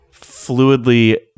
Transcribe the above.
fluidly